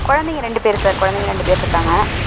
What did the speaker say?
குழந்தைங்க ரெண்டு பேர் சார் குழந்தைங்க பேர் இருக்காங்க